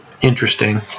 Interesting